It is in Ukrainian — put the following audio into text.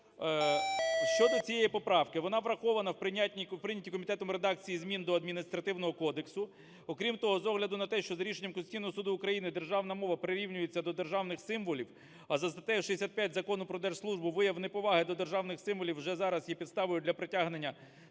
Щодо цієї поправки, вона врахована в прийнятій комітетом редакції змін до Адміністративного кодексу. Окрім того, з огляду на те, що за рішенням Конституційного Суду України державна мова прирівнюється до державних символів, а за статтею 65 Закону про держслужбу вияв неповаги до державних символів вже зараз є підставою для притягнення службовця